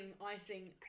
icing